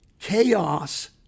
chaos